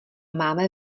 máme